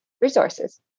resources